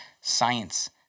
science